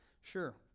Sure